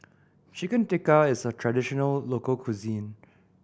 Chicken Tikka is a traditional local cuisine